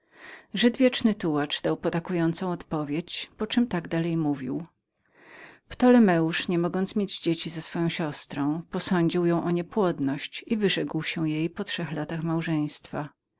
żyd wieczny tułacz dał potakującą odpowiedź poczem tak dalej mówił ptolomeusz niemogąc mieć dzieci z swoją siostrą posądził ją o niepłodność i wyrzekł się jej po trzech latach małżeństwa